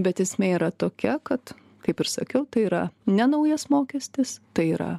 bet esmė yra tokia kad kaip ir sakiau tai yra ne naujas mokestis tai yra